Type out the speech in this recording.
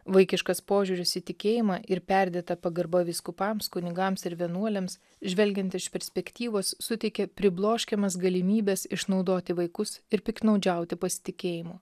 vaikiškas požiūris į tikėjimą ir perdėta pagarba vyskupams kunigams ir vienuoliams žvelgiant iš perspektyvos suteikė pribloškiamas galimybes išnaudoti vaikus ir piktnaudžiauti pasitikėjimu